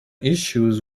issues